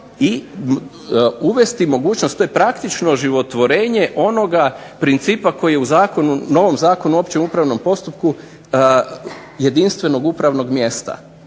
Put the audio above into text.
i uvesti mogućnost, to je praktično oživotvorenje onoga principa koji u novom Zakonu o opće upravnom postupku jedinstvenog upravnog mjesta.